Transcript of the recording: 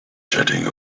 jetting